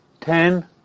ten